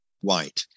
white